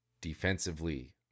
defensively